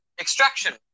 Extraction